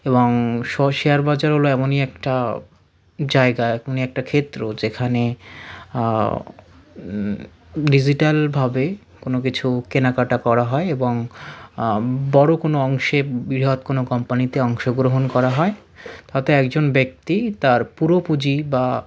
এবং শেয়ার বাজার হল এমনই একটা জায়গা এমনই একটা ক্ষেত্র যেখানে ডিজিটালভাবে কোনো কিছু কেনাকাটা করা হয় এবং বড় কোনো অংশে বৃহৎ কোনো কোম্পানিতে অংশগ্রহণ করা হয় তাতে একজন ব্যক্তি তার পুরো পুঁজি বা